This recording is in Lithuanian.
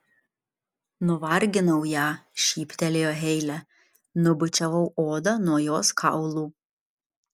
nuvarginau ją šyptelėjo heile nubučiavau odą nuo jos kaulų